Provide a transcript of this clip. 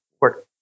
work